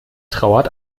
trauert